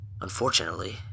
Unfortunately